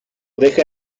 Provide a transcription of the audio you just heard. deja